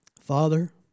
Father